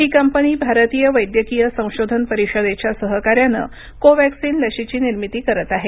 ही company भारतीय वैद्यकीय संशोधन परिषदेच्या सहकार्यानं कोवॅक्सीन लशीची निर्मिती करत आहे